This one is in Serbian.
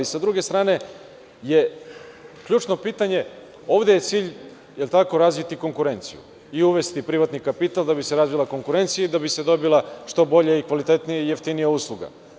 Sa druge strane je ključno pitanje, ovde je cilj, je li tako, razviti konkurenciju i uvesti privatni kapital da bi se razvila konkurencija i da bi se dobila što bolja, kvalitetnija i jeftinija usluga.